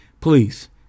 Please